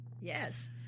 Yes